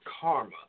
karma